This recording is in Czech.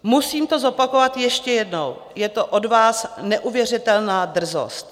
Musím to zopakovat ještě jednou: je to od vás neuvěřitelná drzost.